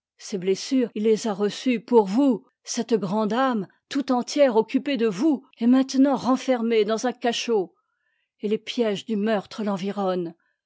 ses blessures il les a reçues pour vous cette grande âme tout entière occupée de vous est maintenant renfermée dans un cachot et les piéges du meurtre